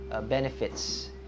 benefits